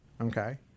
Okay